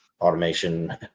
automation